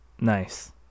Nice